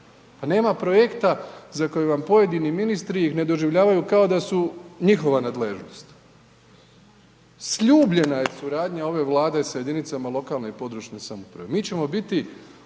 pa nema projekta za koji vam pojedini ministri ih ne doživljavaju kao da su njihova nadležnost, sljubljena je suradnja ove Vlade sa jedinicama lokalne i područne samouprave, mi ćemo biti